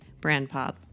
BrandPop